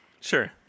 Sure